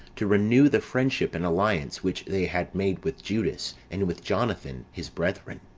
to renew the friendship and alliance which they had made with judas and with jonathan, his brethren.